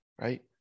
right